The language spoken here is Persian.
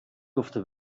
گفته